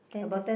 ten thir~